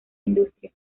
industria